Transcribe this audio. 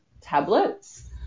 tablets